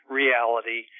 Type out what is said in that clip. reality